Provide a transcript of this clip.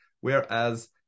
whereas